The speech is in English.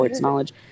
knowledge